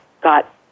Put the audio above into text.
got